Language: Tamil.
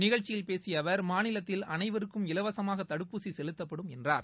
நிகழ்ச்சியில் பேசிய அவர் மாநிலத்தில் அனைவருக்கும் இலவசமாக தடுப்பூசி செலுத்தப்படும் என்றார்